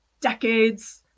decades